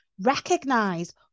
Recognize